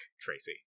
Tracy